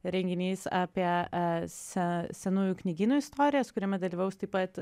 renginys apie senųjų knygynų istorijos kuriame dalyvaus taip pat